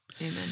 amen